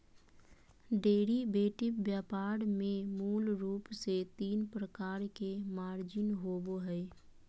derivative व्यापार में मूल रूप से तीन प्रकार के मार्जिन होबो हइ